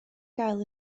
gael